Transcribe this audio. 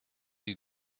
you